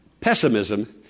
pessimism